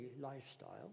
lifestyle